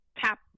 tap